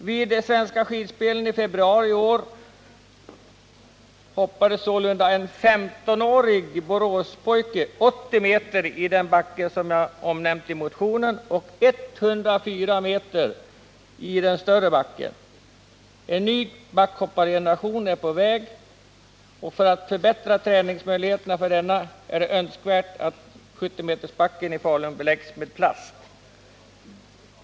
Vid Svenska skidspelen i februari i år hoppade sålunda en 15-årig Boråspojke 80 meter i den backe som omnämnts i motionen samt 104 meter i den större backen. En ny backhoppargeneration är på väg! För att förbättra tränings möjligheterna för denna är det önskvärt att 70-metersbacken i Falun beläggs med plast.